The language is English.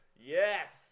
Yes